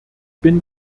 bin